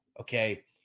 Okay